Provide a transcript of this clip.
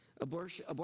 Abortion